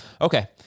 Okay